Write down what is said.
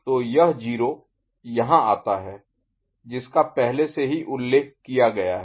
तो यह 0 यहाँ आता है जिसका पहले से ही उल्लेख किया गया है